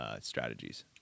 strategies